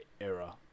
era